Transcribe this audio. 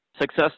success